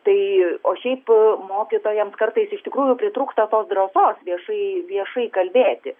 tai o šiaip mokytojams kartais iš tikrųjų pritrūksta drąsos viešai viešai kalbėti